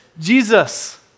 Jesus